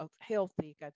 healthy